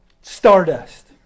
stardust